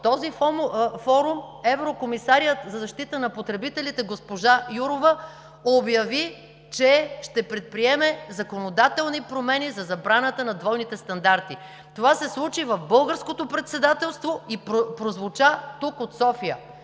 от този форум еврокомисарят за защита на потребителите госпожа Йоурова обяви, че ще предприеме законодателни промени за забраната на двойните стандарти. Това се случи в Българското председателство и прозвуча тук – от София.